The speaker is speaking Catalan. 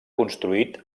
construït